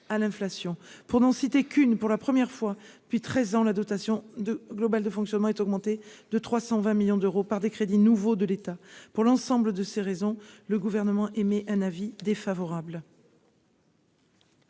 pour n'en citer qu'une : pour la première fois, puis 13 ans, la dotation de globale de fonctionnement est augmenté de 320 millions d'euros par des crédits nouveaux de l'État pour l'ensemble de ces raisons, le Gouvernement émet un avis défavorable.